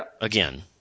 Again